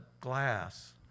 glass